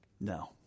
No